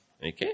Okay